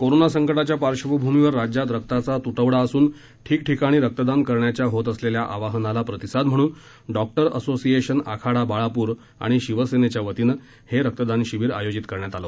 corona संकटाच्या पार्श्वभूमीवर राज्यात रक्ताचा तुटवडा असून ठीकठिकाणी रक्तदान करण्याच्या होत असलेल्या आवाहनाला प्रतिसाद म्हणून डॉक्टर असोसिएशन आखाडा बाळापूर आणि शिवसेनेच्या वतीनं हे रक्तदान शिबिर आयोजित करण्यात आलं